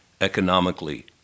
economically